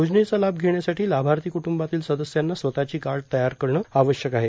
योजनेचा लाभ घेण्यासाठी लाभार्थी क्टुंबातील सदस्यांना स्वतःची कार्ड तयार करणे आवश्यक आहे